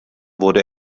wurde